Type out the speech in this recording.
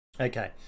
Okay